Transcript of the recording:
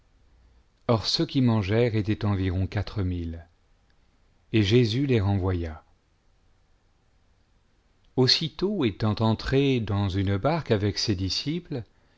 or ceux qui mangèrent étaient environ quatre mille et jésus les renvoya aussitôt étant entré dans une barque avec ses disciples